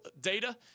data